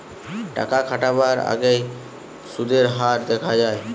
টাকা খাটাবার আগেই সুদের হার দেখা যায়